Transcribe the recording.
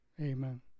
amen